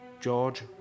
George